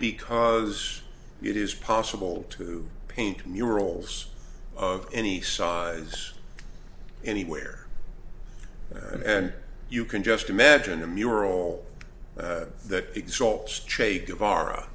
because it is possible to paint murals of any size anywhere and you can just imagine a mural that